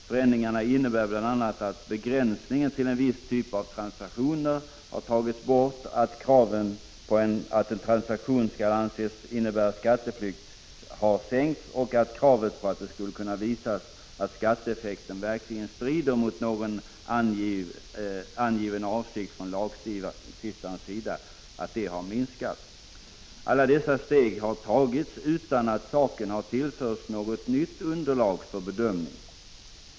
Förändringarna innebär bl.a. att begränsningen till en viss typ av transaktioner har tagits bort, att kraven på att en transaktion skall anses innebära skatteflykt har sänkts och att kravet på att det skulle kunna visas att skatteeffekten verkligen strider mot någon angiven avsikt från lagstiftarens sida har minskat. Alla dessa steg har tagits utan att saken tillförts något nytt som underlag för bedömningen.